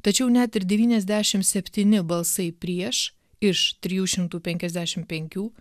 tačiau net ir devyniasdešim septyni balsai prieš iš trijų šimtų penkiasdešim penkių